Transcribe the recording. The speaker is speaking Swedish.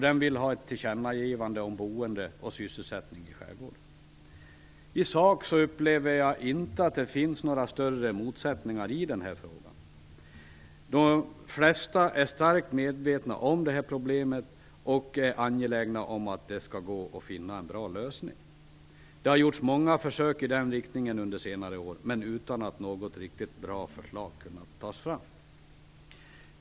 Man vill ha ett tillkännagivande om boende och sysselsättning i skärgården. I sak upplever jag inte att det finns några större motsättningar i denna fråga. De flesta är starkt medvetna om detta problem och är angelägna om att det skall gå att finna en bra lösning. Det har gjorts många försök i den riktningen under senare år, men utan att något riktigt bra förslag kunnat tas fram.